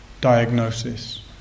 diagnosis